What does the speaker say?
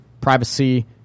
privacy